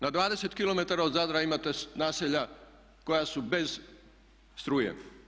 Na 20 km od Zadra imate naselja koja su bez struje.